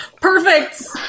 perfect